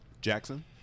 Jackson